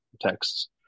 texts